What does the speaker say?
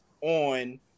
on